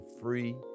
free